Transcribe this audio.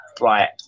Right